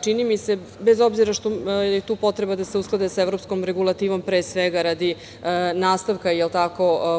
čini mi se, bez obzira što je tu potreba da se usklade sa evropskom regulativom radi nastavka